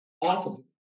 awful